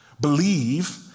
believe